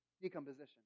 decomposition